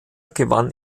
gewann